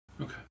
Okay